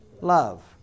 love